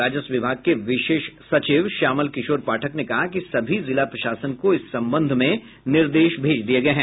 राजस्व विभाग के विशेष सचिव श्यामल किशोर पाठक ने कहा कि सभी जिला प्रशासन को इस संबंध में निर्देश भेज दिया गया है